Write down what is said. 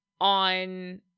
on